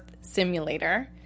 simulator